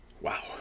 Wow